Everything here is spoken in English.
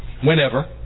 Whenever